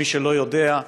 מי שלא יודע,